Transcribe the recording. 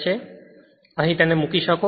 તેને અહીં મૂકી શકો છો